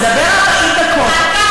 לדבר 40 דקות,